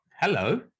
Hello